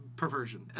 Perversion